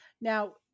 Now